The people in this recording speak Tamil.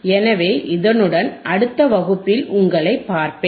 எனவே இதனுடன் அடுத்த வகுப்பில் உங்களைப் பார்ப்பேன்